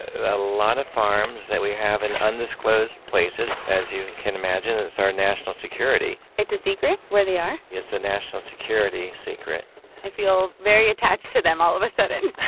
a lot of farms that we have in undisclosed places. as you can imagine, it's our national security it's a secret where they are? it's a national security secret i feel very attached to them all of a sudden